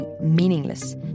meaningless